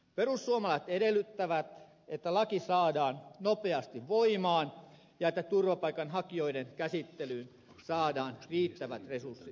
perussuomalaiset edellyttävät että laki saadaan nopeasti voimaan ja että turvapaikanhakijoiden käsittelyyn saadaan riittävät resurssit